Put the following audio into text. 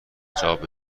جابه